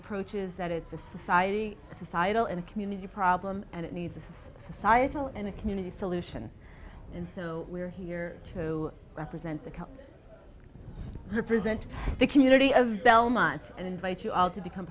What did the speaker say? approach is that it's a society a societal and community problem and it needs a societal and a community solution and so we're here to represent the cup represent the community of belmont and invite you all to become